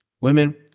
Women